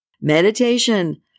meditation